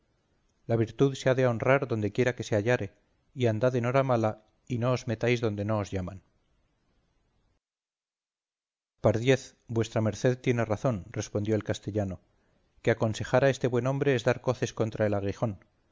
la virtud se ha de honrar dondequiera que se hallare y andad en hora mala y no os metáis donde no os llaman pardiez vuesa merced tiene razón respondió el castellano que aconsejar a este buen hombre es dar coces contra el